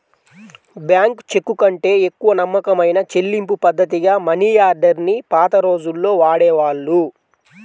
bank చెక్కుకంటే ఎక్కువ నమ్మకమైన చెల్లింపుపద్ధతిగా మనియార్డర్ ని పాత రోజుల్లో వాడేవాళ్ళు